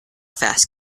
fast